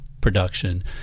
production